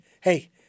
hey